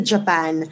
Japan